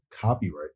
Copyright